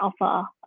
offer